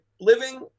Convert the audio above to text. living